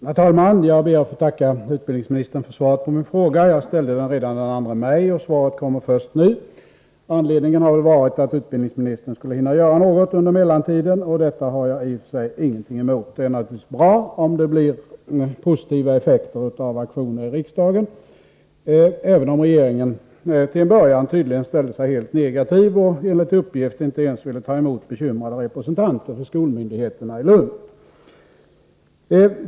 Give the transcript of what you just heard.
Herr talman! Jag ber att få tacka utbildningsministern för svaret på min fråga. Jag ställde den redan den 2 maj, och svaret kommer först nu. Anledningen härtill har väl varit att utbildningsministern skulle hinna göra något under mellantiden, och det har jag i och för sig ingenting emot. Det är naturligtvis bra om det blir positiva effekter av aktioner i riksdagen, även om regeringen tydligen till en början ställde sig helt negativ och enligt uppgift inte ens ville ta emot bekymrade representanter för skolmyndigheterna i Lund.